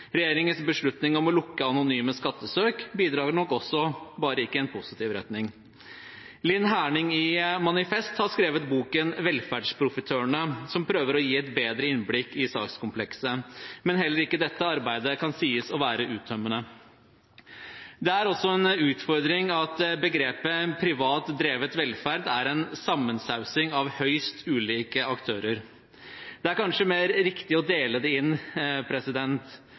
Regjeringens beslutning om å lukke anonyme skattesøk bidrar nok også, bare ikke i en positiv retning. Linn Herning i Manifest har skrevet boken Velferdsprofitørene, som prøver å gi et bedre innblikk i sakskomplekset, men heller ikke dette arbeidet kan sies å være uttømmende. Det er også en utfordring at det i begrepet «privat drevet velferd» er en sammensausing av høyst ulike aktører. Det er kanskje mer riktig å dele det inn.